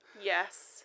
Yes